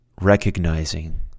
Recognizing